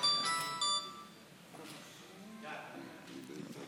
סעיפים 1 2 נתקבלו.